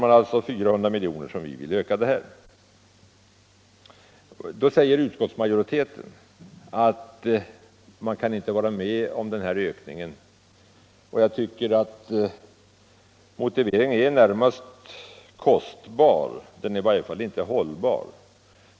Då säger utskottsmajoriteten att man inte kan vara med om den här ökningen. Jag tycker att motiveringen är i det närmaste kostbar, den är i varje fall inte hållbar.